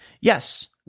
Yes